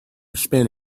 spend